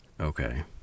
Okay